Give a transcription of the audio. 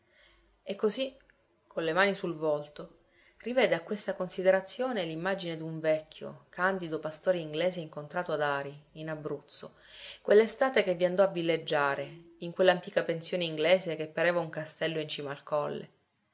e così con le mani sul volto rivede a questa considerazione l'immagine d'un vecchio candido pastore inglese incontrato ad ari in abruzzo quell'estate che vi andò a villeggiare in quell'antica pensione inglese che pareva un castello in cima al colle